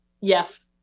yes